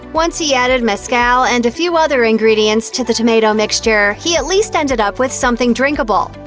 once he added mezcal and a few other ingredients to the tomato mixture, he at least ended up with something drinkable.